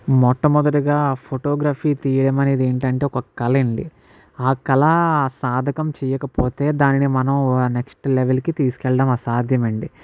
మొట్టమొదటిగా ఆ ఫోటోగ్రఫీ తీయడం అనేది ఏంటంటే ఒక కళ అండి ఆ కళ సార్థకం చేయకపోతే దానిని మనం నెక్స్ట్ లెవెల్ కి తీసుకెళ్ళడం అసాధ్యం అండి